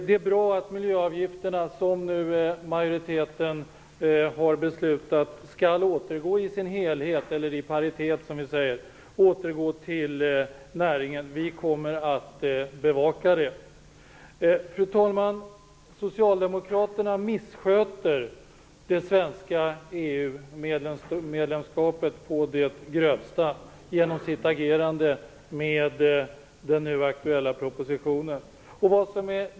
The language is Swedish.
Det är bra att miljöavgifterna skall återgå i sin helhet - eller i paritet, som vi säger - till näringen, vilket majoriteten beslutar. Vi kommer att bevaka det. Fru talman! Socialdemokraterna missköter det svenska EU-medlemskapet å det grövsta genom sitt agerande med den nu aktuella propositionen.